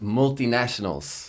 multinationals